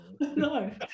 No